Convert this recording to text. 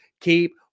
keep